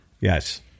Yes